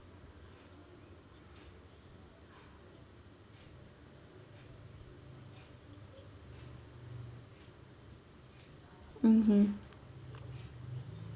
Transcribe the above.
mmhmm